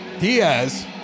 Diaz